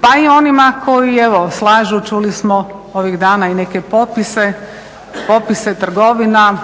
pa i onima koji slažu čuli smo ovih dana i neke potpise, popise trgovina,